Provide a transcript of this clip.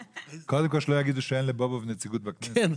קודם כל, שלא יגידו שאין לבובוב נציגות בכנסת.